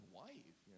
wife